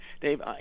Dave